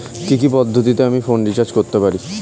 কি কি পদ্ধতিতে আমি ফোনে রিচার্জ করতে পারি?